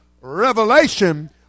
revelation